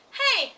hey